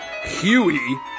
Huey